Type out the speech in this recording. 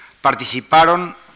participaron